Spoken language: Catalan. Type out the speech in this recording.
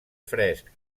fresc